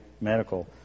medical